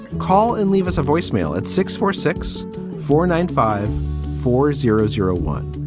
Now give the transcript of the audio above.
call and leave us a voicemail at six four six four nine five four zero zero one.